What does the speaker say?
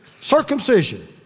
circumcision